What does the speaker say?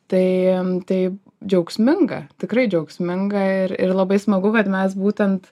tai tai džiaugsminga tikrai džiaugsminga ir ir labai smagu kad mes būtent